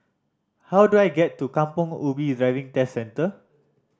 how do I get to Kampong Ubi Driving Test Centre